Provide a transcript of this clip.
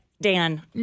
Dan